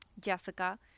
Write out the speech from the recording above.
Jessica